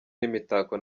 n’imitako